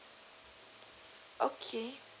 okay